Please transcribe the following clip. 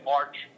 March